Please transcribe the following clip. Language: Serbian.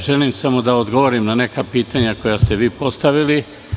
Želim samo da odgovorim na neka pitanja koja ste vi postavili.